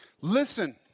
Listen